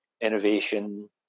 innovation